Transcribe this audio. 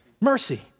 Mercy